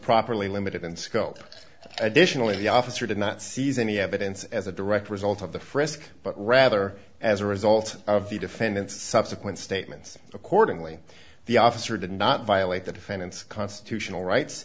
properly limited in scope additionally the officer did not seize any evidence as a direct result of the frisk but rather as a result of the defendant's subsequent statements accordingly the officer did not violate the defendant's constitutional rights